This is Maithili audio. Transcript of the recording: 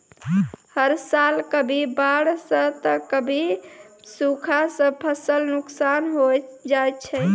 हर साल कभी बाढ़ सॅ त कभी सूखा सॅ फसल नुकसान होय जाय छै